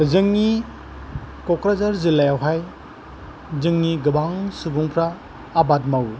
जोंनि क'क्राझार जिल्लायावहाय जोंनि गोबां सुबुंफोरा आबाद मावो